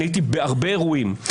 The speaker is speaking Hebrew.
הייתי בהרבה אירועים.